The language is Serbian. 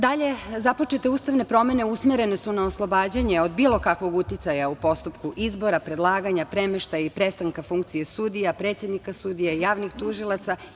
Dalje, započete ustavne promene usmerene su na oslobađanje od bilo kakvog uticaja u postupku izbora, predlaganja, premeštaja i prestanka funkcije sudija, predsednika sudija, javnih tužilaca.